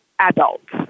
adults